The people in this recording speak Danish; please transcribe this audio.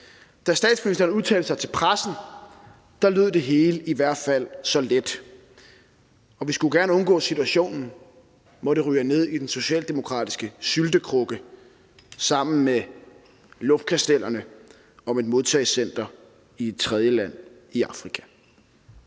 Da statsministeren udtalte sig til pressen, lød det hele i hvert fald så let, og vi skulle jo gerne undgå situationen, hvor det ryger ned i den socialdemokratiske syltekrukke sammen med luftkastellerne om et modtagecenter i et tredjeland i Afrika.